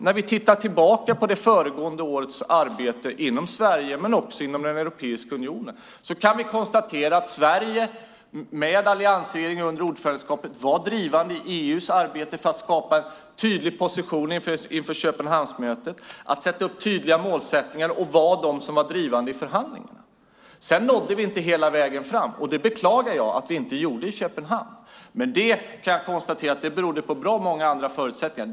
När vi tittar tillbaka på det föregående årets arbete inom Sverige men också inom Europeiska unionen kan vi konstatera att Sverige med alliansregeringen under ordförandeskapet var drivande i EU:s arbete för att skapa en tydlig position inför Köpenhamnsmötet, sätta upp tydliga målsättningar och vara drivande i förhandlingarna. Sedan nådde vi inte hela vägen fram i Köpenhamn, och det beklagar jag. Men jag kan konstatera att det berodde på bra många andra förutsättningar.